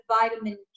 vitamin